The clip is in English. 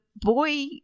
boy